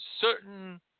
certain